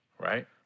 right